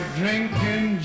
drinking